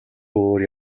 өөр